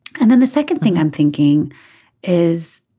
and then the second thing i'm thinking is